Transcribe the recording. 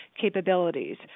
capabilities